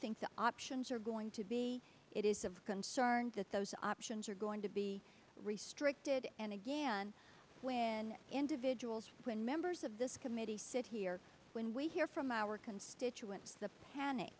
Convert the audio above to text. think the options are going to be it is of concern that those options are going to be restricted and again when individuals when members of this committee sit here when we hear from our constituents the panic